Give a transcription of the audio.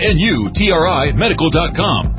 N-U-T-R-I-Medical.com